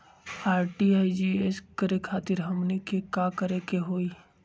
RTGS करे खातीर हमनी के का करे के हो ई?